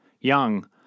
Young